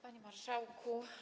Panie Marszałku!